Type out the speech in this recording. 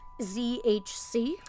ZHC